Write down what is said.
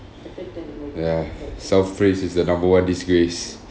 ya south phrase is the number one disgrace